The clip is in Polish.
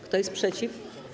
Kto jest przeciw?